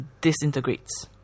disintegrates